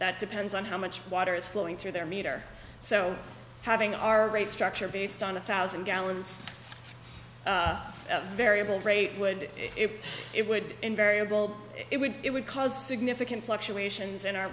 that depends on how much water is flowing through their meter so having our rate structure based on a thousand gallons of variable rate would it it would invariable it would it would cause significant fluctuations in our